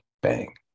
Bang